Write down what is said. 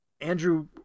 Andrew